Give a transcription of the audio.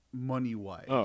money-wise